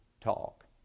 talk